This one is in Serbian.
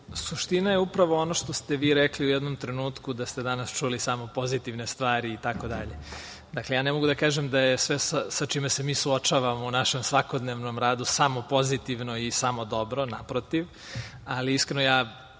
je upravo ono što ste vi rekli u jednom trenutku, da ste danas čuli samo pozitivne stvari itd. Dakle, ja ne mogu da kažem da je sve sa čime se mi suočavamo u našem svakodnevnom radu samo pozitivno i samo dobro, naprotiv. Ali, iskreno,